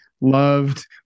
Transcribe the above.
loved